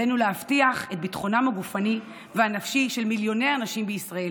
עלינו להבטיח את ביטחונם הגופני והנפשי של מיליוני אנשים בישראל.